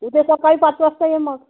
उद्या सकाळी पाच वाजता ये मग